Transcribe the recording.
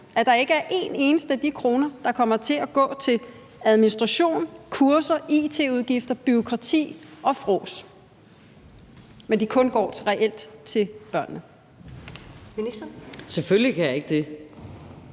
at der ikke er en eneste af de kroner, der kommer til at gå til administration, kurser, it-udgifter, bureaukrati og frås, men at de kun går reelt til børnene. Kl. 19:04 Første næstformand